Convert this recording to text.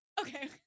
Okay